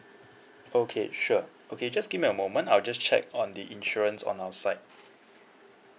okay sure okay just give me a moment I'll just check on the insurance on our side